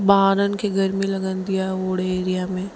ॿारनि खे गरमी लॻंदी आहे ओड़े एरिया में